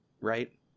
right